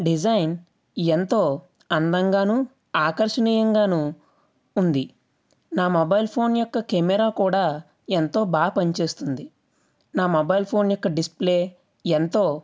design ఎంతో అందంగాను ఆకర్షణీయంగాను ఉంది నా మొబైల్ ఫోన్ యొక్క కెమెరా కూడా ఎంతో బాగా పని చేస్తుంది నా మొబైల్ ఫోన్ యొక్క డిస్ప్లే ఎంతో